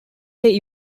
they